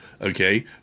Okay